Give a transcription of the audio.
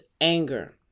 anger